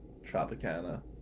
Tropicana